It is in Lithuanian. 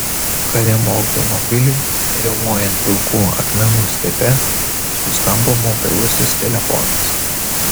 karimo automobiliui riaumojant pilkų akmenų stepe suskambo mobilusis telefonas